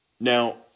now